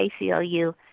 ACLU